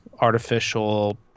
artificial